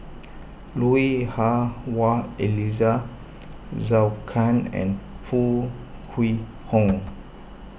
Lui Hah Wah Elena Zhou Can and Foo Kwee Horng